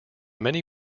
many